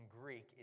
Greek